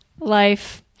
life